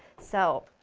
so